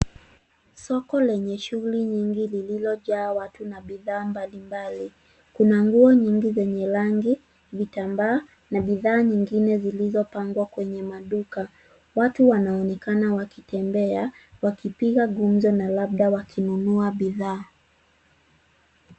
Soko lenye shughuli nyingi lililojaa watu na bidhaa mbalimbali. Kuna nguo nyingi zenye rangi, vitambaa na bidhaa nyingine zilizopangwa kwenye maduka. Watu wanaonekana wakitembea, wakipiga gumzo na labda wakinunua bidhaa.